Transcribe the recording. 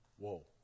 Whoa